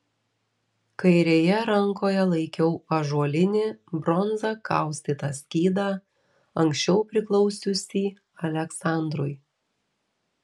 kairėje rankoje laikiau ąžuolinį bronza kaustytą skydą anksčiau priklausiusį aleksandrui